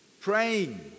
praying